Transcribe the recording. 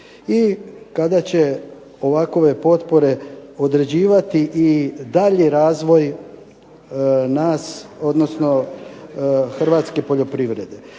i kada će ove potpore određivati i daljnji razvoj nas odnosno Hrvatske poljoprivrede.